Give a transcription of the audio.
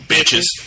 Bitches